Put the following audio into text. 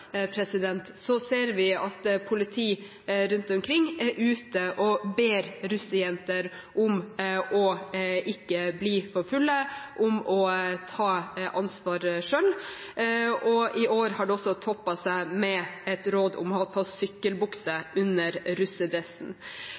ser vi at politiet rundt omkring er ute og ber russejenter om ikke å bli for fulle og om å ta ansvar selv. I år har det toppet seg med et råd om å ha på sykkelbukse under russedressen.